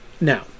Now